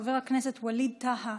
חבר הכנסת ווליד טאהא,